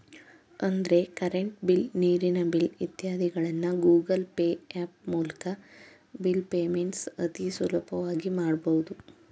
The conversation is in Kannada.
ಅಂದ್ರೆ ಕರೆಂಟ್ ಬಿಲ್, ನೀರಿನ ಬಿಲ್ ಇತ್ಯಾದಿಗಳನ್ನ ಗೂಗಲ್ ಪೇ ಹ್ಯಾಪ್ ಮೂಲ್ಕ ಬಿಲ್ ಪೇಮೆಂಟ್ಸ್ ಅತಿ ಸುಲಭವಾಗಿ ಮಾಡಬಹುದು